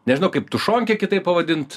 nežinau kaip tušonkė kitaip pavadint